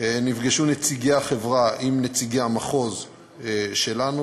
נפגשו נציגי החברה עם נציגי המחוז שלנו,